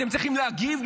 אתם צריכים להגיב?